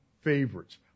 favorites